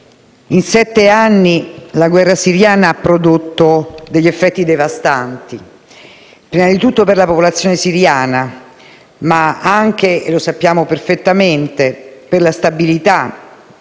in sette anni la guerra siriana ha prodotto effetti devastanti, prima di tutto per la popolazione siriana, ma anche - e lo sappiamo perfettamente - per la stabilità